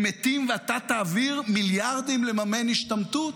הם מתים ואתה תעביר מיליארדים לממן השתמטות?